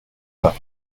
pas